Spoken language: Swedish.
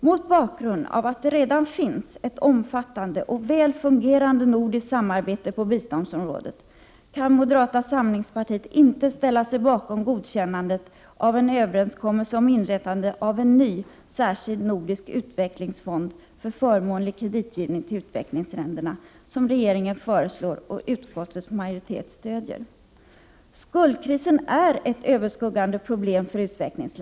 Mot bakgrund av att det redan finns ett omfattande och väl fungerande nordiskt samarbete på biståndsområdet, kan moderata samlingspartiet inte ställa sig bakom godkännandet av en överenskommelse om inrättande av en ny, särskild nordisk utvecklingsfond för förmånlig kreditgivning till utvecklingsländerna, som regeringen föreslår och utskottets majoritet stödjer. | Skuldkrisen är ett överskuggande problem för utvecklingsländerna. För Prot.